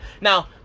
Now